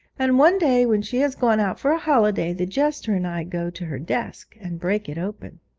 and one day, when she has gone out for a holiday, the jester and i go to her desk and break it open